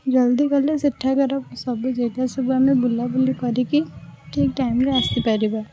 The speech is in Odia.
ଜଲ୍ଦି ଗଲେ ସେଠାକାର ସବୁ ଜାଗା ସବୁ ଆମେ ବୁଲାବୁଲି କରିକି ଠିକ୍ ଟାଇମ୍ରେ ଆସିପାରିବା